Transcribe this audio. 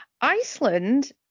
Iceland